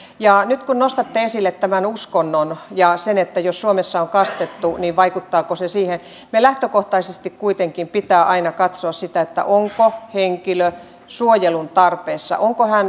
ja nyt kun nostatte esille uskonnon ja sen että jos suomessa on kastettu niin vaikuttaako se siihen meidän lähtökohtaisesti kuitenkin pitää aina katsoa sitä onko henkilö suojelun tarpeessa